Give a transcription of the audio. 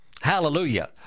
Hallelujah